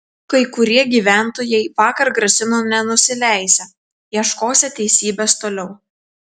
kai kurie gyventojai vakar grasino nenusileisią ieškosią teisybės toliau